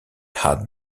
had